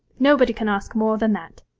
nobody can ask more than that